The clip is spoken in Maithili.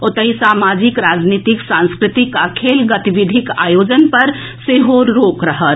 ओतहि सामाजिक राजनीतिक सांस्कृतिक आ खेल गतिविधिक आयोजन पर सेहो रोक रहत